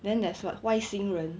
then there's what 外星人